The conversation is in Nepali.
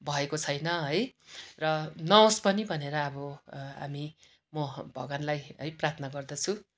भएको छैन है र नहोस् पनि भनेर अब हामी म भगवानलाई है प्रार्थना गर्दछु